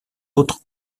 autres